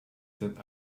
that